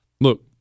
Look